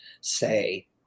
say